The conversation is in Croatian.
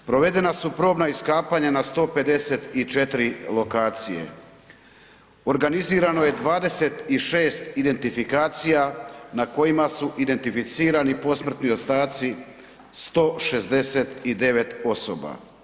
Provedena su probna iskapanja na 154 lokacije, organizirano je 26 identifikacija na kojima su identificirani posmrtni ostaci 169 osoba.